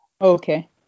Okay